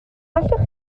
allwch